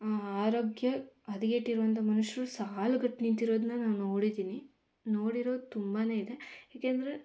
ಆರೋಗ್ಯ ಹದಗೆಟ್ಟಿರುವಂಥ ಮನುಷ್ಯರು ಸಾಲುಗಟ್ಟಿ ನಿಂತಿರೋದನ್ನ ನಾನು ನೋಡಿದ್ದೀನಿ ನೋಡಿರೋದು ತುಂಬನೇ ಇದೆ ಯಾಕೆಂದರೆ